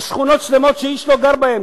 יש שכונות שלמות שאיש לא גר בהן,